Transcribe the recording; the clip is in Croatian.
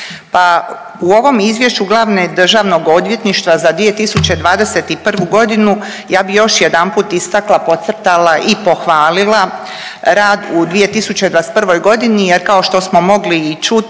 u ovom Izvješću glavne državnog odvjetništva za 2021. g. ja bih još jedanput istakla, podcrtala i pohvalila rad u 2021. g. jer kao što smo mogli i čuti